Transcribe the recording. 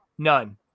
None